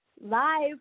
live